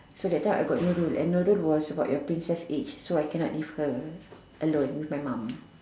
so that time I got Nurul and Nurul was about your princess age so I can not leave her alone with my mom